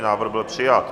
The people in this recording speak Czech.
Návrh byl přijat.